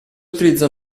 utilizza